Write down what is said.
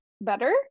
better